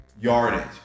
Yardage